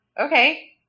Okay